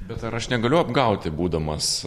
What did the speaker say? bet ar aš negaliu apgauti būdamas